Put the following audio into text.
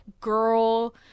girl